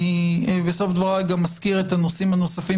בסוף דבריי אזכיר את הנושאים הנוספים